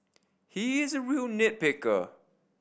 he is a real nit picker